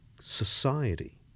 society